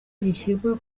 zishyirwa